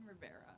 Rivera